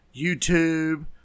YouTube